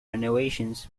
renovations